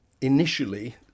Initially